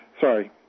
sorry